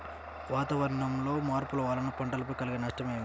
వాతావరణంలో మార్పుల వలన పంటలపై కలిగే నష్టం ఏమిటీ?